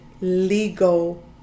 legal